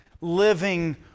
living